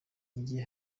agiye